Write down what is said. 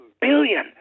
billion